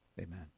Amen